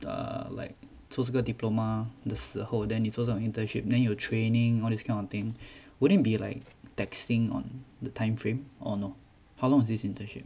the like 做这个 diploma 的时候 then 你做这种 internship then your training all this kind of thing wouldn't be like taxing on the time frame or not how long is this internship